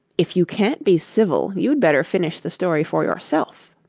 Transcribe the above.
if you can't be civil, you'd better finish the story for yourself